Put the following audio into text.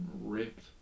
ripped